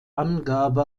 angabe